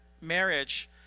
marriage